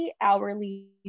hourly